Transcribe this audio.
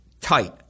tight